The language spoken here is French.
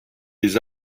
des